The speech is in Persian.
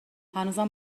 هنوزم